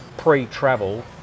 pre-travel